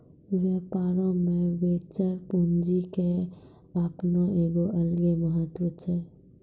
व्यापारो मे वेंचर पूंजी के अपनो एगो अलगे महत्त्व छै